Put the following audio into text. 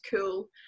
cool